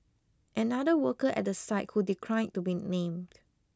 another worker at the site who declined to be named